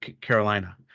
Carolina